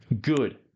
Good